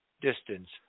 distance